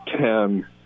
ten